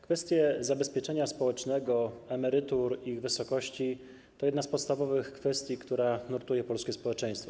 Kwestia zabezpieczenia społecznego emerytur i ich wysokości to jedna z podstawowych kwestii, która nurtuje polskie społeczeństwo.